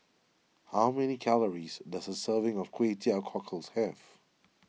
how many calories does a serving of Kway Teow Cockles have